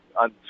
on